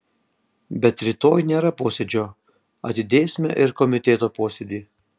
bet rytoj nėra posėdžio atidėsime ir komiteto posėdį